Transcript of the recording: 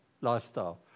lifestyle